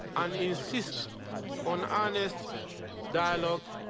and insist on honest dialogue.